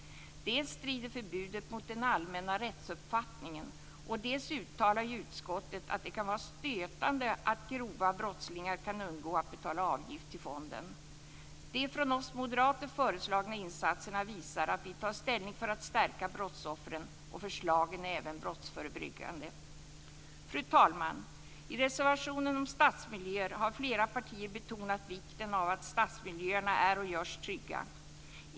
Dels strider förbudet mot den allmänna rättsuppfattningen, dels uttalar ju utskottet att det kan vara stötande att grova brottslingar kan undgå att betala avgift till fonden. De från oss moderater föreslagna insatserna visar att vi tar ställning för att stärka brottsoffren, och förslagen är även brottsförebyggande. Fru talman! I reservationen om stadsmiljöer har flera partier betonat vikten av att stadsmiljöerna är och görs trygga.